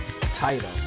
title